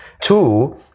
Two